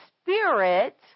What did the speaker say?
spirit